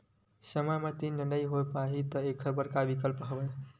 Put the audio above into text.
समय म ऋण नइ हो पाहि त एखर का विकल्प हवय?